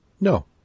No